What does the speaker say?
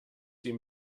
sie